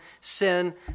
sin